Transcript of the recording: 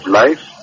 life